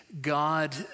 God